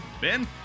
Ben